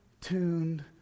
tuned